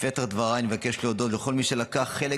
בפתח דבריי אני מבקש להודות לכל מי שלקח חלק